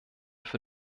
für